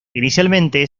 inicialmente